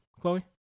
Chloe